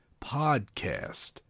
podcast